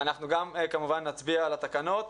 אנחנו גם כמובן נצביע על התקנות,